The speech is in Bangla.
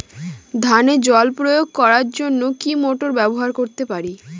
ধানে জল প্রয়োগ করার জন্য কি মোটর ব্যবহার করতে পারি?